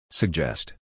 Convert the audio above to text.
Suggest